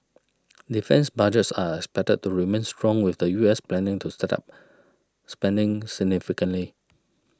defence budgets are expected to remain strong with the U S planning to step up spending significantly